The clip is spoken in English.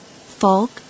Fog